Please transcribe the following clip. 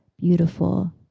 beautiful